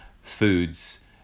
foods